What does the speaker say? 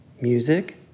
music